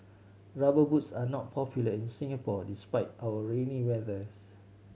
Rubber Boots are not popular in Singapore despite our rainy weathers